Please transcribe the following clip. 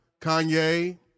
Kanye